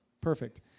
perfect